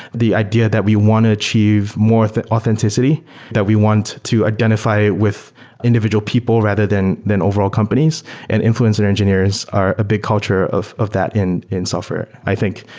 the idea that we want to achieve more authenticity that we want to identify with individual people rather than than overall companies and influencer engineers are a bit culture of of that in in software i think.